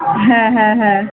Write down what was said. হ্যাঁ হ্যাঁ হ্যাঁ